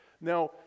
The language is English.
Now